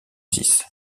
six